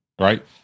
right